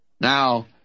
Now